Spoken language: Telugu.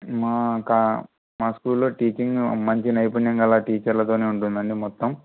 మా కా మా స్కూల్లో టీచింగ్ మంచి నైపుణ్యంగల టీచర్లతోనే ఉంటుందండి మొత్తం